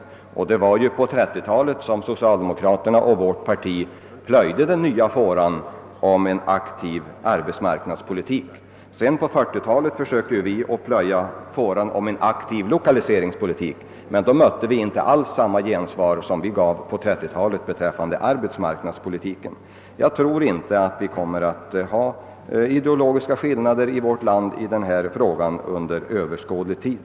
Det var på 1930-talet som socialdemokraterna och vårt parti plöjde den nya fåran för en aktiv arbetsmarknadspolitik. På 1940-talet försökte vi plöja en fåra för en aktiv lokaliseringspolitik, men då mötte vi inte alls samma gensvar som vi på 1930-talet gav beträffande arbetsmarknadspolitiken. Jag tror som sagt inte att det under överskådlig tid kommer att föreligga ideologiska skillnader i denna fråga.